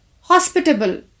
hospitable